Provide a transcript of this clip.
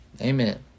Amen